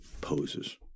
poses